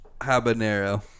Habanero